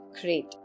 Great